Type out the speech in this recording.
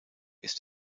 ist